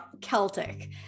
Celtic